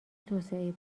توسعه